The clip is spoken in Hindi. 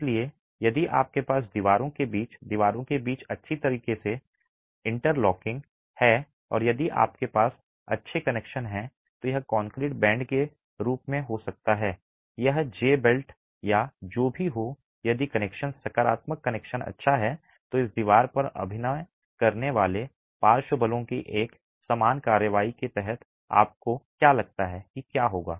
इसलिए यदि आपके पास दीवारों के बीच दीवारों के बीच में अच्छी तरह से इंटरलॉकिंग है और यदि आपके पास अच्छे कनेक्शन हैं तो यह कंक्रीट बैंड के रूप में हो सकता है यह जे बोल्ट या जो भी हो यदि कनेक्शन सकारात्मक कनेक्शन अच्छा है तो इस दीवार पर अभिनय करने वाले पार्श्व बलों की एक समान कार्रवाई के तहत आपको क्या लगता है कि क्या होगा